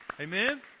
Amen